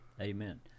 Amen